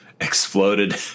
exploded